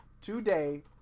today